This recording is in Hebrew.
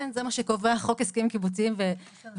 כן, זה מה שקובע חוק הסכמים קיבוציים והתקנות.